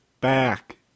back